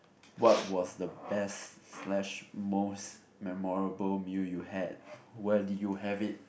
what was the best slash most memorable meal you had where do you have it